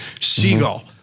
Seagull